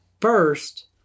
First